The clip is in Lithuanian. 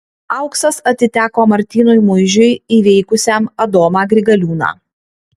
auksas atiteko martynui muižiui įveikusiam adomą grigaliūną